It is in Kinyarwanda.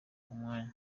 umwanya